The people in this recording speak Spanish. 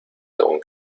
don